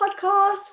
podcast